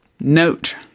Note